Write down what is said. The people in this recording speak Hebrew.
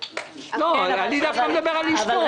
אני דווקא מדבר על איש טוב,